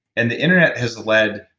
and the internet has led,